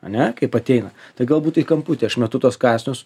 ane kaip ateina tai galbūt į kamputį aš metu tuos kąsnius